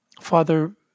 Father